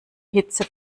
hitze